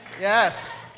Yes